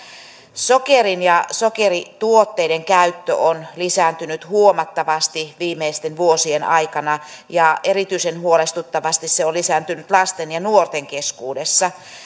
sokerin ja sokerituotteiden käyttö on lisääntynyt huomattavasti viimeisten vuosien aikana ja erityisen huolestuttavasti se on lisääntynyt lasten ja nuorten keskuudessa